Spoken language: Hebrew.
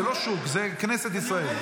זה לא שוק, זו כנסת ישראל.